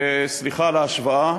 סליחה על ההשוואה,